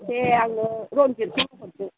दे आंनो रन्जिथखौनो हरदो